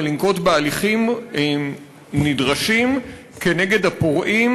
ולנקוט הליכים נדרשים כנגד הפורעים